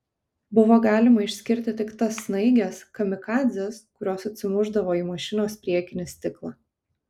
buvo galima išskirti tik tas snaiges kamikadzes kurios atsimušdavo į mašinos priekinį stiklą